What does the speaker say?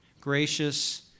gracious